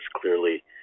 clearly